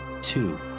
two